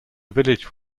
village